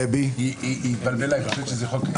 דבי, בבקשה.